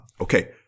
okay